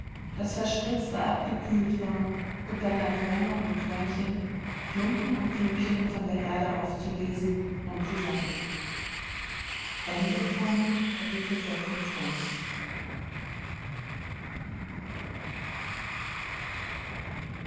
das verspritzte abgekühlt war begann er körner und körnchen klumpen und klümpchen von der erde aufzulesen und zu sammeln